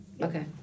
Okay